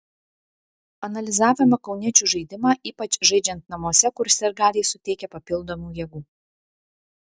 analizavome kauniečių žaidimą ypač žaidžiant namuose kur sirgaliai suteikia papildomų jėgų